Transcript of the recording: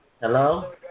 Hello